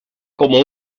como